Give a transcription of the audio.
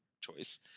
choice